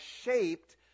shaped